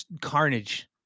Carnage